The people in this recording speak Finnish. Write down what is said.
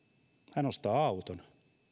hän ostaa auton